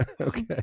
Okay